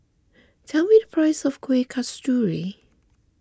tell me the price of Kueh Kasturi